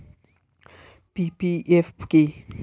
PPF কি?